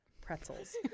pretzels